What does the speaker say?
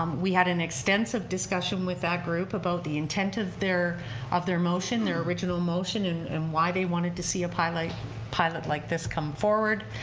um we had an extensive discussion with that group about the intent of their of their motion, their original motion, and why they wanted to see a pilot pilot like this come forward.